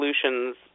solutions